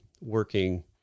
working